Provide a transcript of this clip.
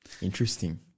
interesting